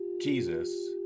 Jesus